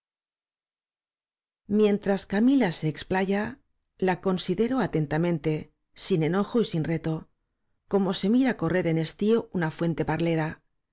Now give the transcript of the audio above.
mientras camila se explaya la considero atentamente sin enojo y sin reto como se mira correr en estío una fuente parlera